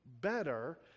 better